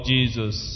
Jesus